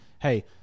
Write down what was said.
hey